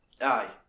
Aye